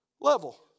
level